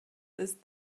ist